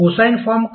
cosine form का